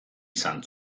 izan